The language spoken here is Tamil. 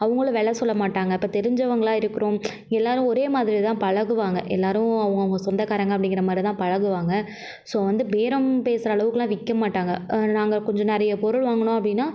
அவர்களும் விலை சொல்ல மாட்டாங்க இப்போ தெரிஞ்சவங்களாக இருக்கிறோம் எல்லாேரும் ஒரே மாதிரிதான் பழகுவாங்க எல்லாேரும் அவங்க அவங்க சொந்தகாரங்க அப்படிங்குற மாதிரிதான் பழகுவாங்க ஸோ வந்து பேரம் பேசுகிற அளவுக்கெலாம் விற்க மாட்டாங்க நாங்கள் கொஞ்சம் நிறைய பொருள் வாங்கினோம் அப்படினா